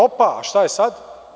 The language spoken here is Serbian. Opa, šta je sad?